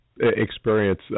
experience